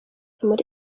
muri